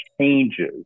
changes